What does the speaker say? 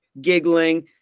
giggling